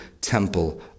temple